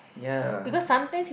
ya